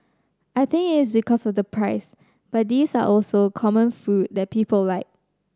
I think it is because of the price but these are also common food that people like